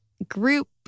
group